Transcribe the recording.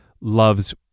loves